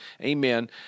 amen